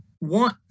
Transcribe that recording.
want